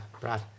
Brad